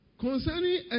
concerning